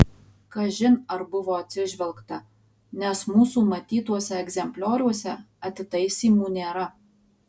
kažin ar buvo atsižvelgta nes mūsų matytuose egzemplioriuose atitaisymų nėra